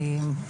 בבקשה.